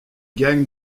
gagne